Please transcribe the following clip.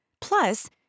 Plus